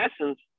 essence